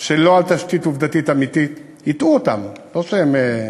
שלא על תשתית עובדתית אמיתית, הטעו אותם, לא שהם,